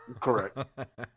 Correct